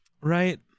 right